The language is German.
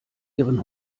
ihren